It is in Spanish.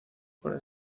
para